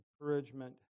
encouragement